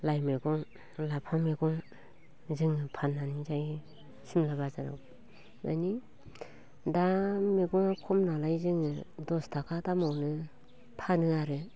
लाइ मैगं लाफा मैगं जोङो फाननानै जायो सिमला बाजाराव मानि दा मैगं खमनालाय जोङो दसथाखा दामावनो फानो आरो